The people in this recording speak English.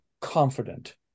confident